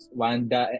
wanda